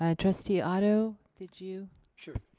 ah trustee otto, did you sure.